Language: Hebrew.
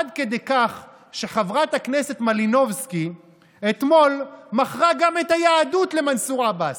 עד כדי כך שחברת הכנסת מלינובסקי אתמול מכרה גם את היהדות למנסור עבאס,